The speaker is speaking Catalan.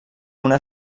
una